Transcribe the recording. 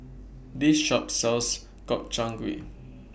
This Shop sells Gobchang Gui